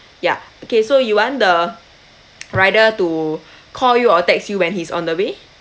ya okay so you want the rider to call you or text you when he's on the way